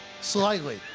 Slightly